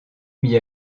mis